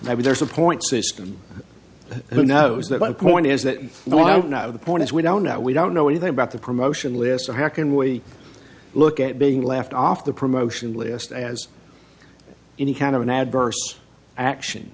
maybe there's a point system who knows that my point is that well i don't know the point is we don't know we don't know anything about the promotion list so how can we look at being laughed off the promotion list as any kind of an adverse action